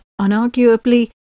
unarguably